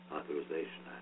Authorization